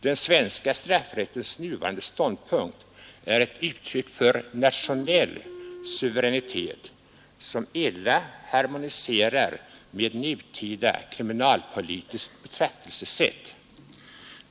Den svenska straffrättens nuvarande ståndpunkt är ett uttryck för nationell suve ränitet som illa harmoniserar med nutida kriminalpolitiskt betraktelsesätt.